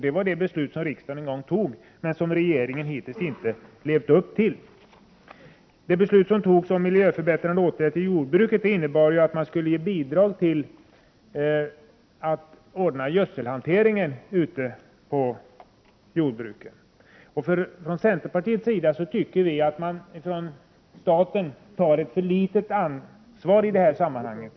Det var det beslut som riksdagen en gång fattade, men som regeringen inte hittills levt upp till. Beslutet om miljöförbättrande åtgärder inom jordbruket innebar att bidrag skulle ges för att gödselhanteringen ute på jordbruken skulle ordnas. Från centerpartiets sida tycker vi att staten tar ett för litet ansvar i detta sammanhang.